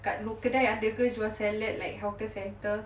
dekat kedai ada ke jual salad like hawker centre